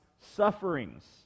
sufferings